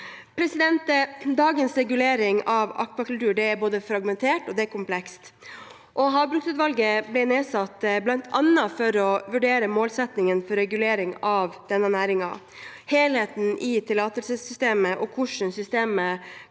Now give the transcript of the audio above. Dagens regulering av akvakultur er fragmentert, og det er komplekst. Havbruksutvalget ble nedsatt bl.a. for å vurdere målsettingen for regulering av denne næringen, helheten i tillatelsessystemet, og hvordan systemet